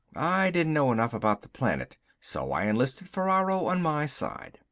i didn't know enough about the planet, so i enlisted ferraro on my side.